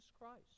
Christ